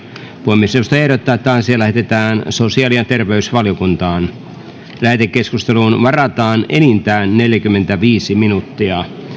puhemiesneuvosto ehdottaa että asia lähetetään sosiaali ja terveysvaliokuntaan lähetekeskusteluun varataan enintään neljäkymmentäviisi minuuttia